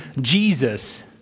Jesus